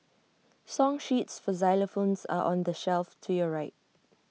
song sheets for xylophones are on the shelf to your right